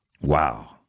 Wow